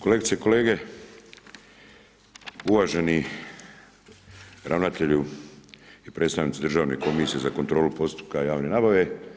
Kolegice i kolege, uvaženi ravnatelju i predstavnici Državne komisije za kontrolu postupka javne nabave.